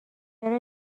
چرا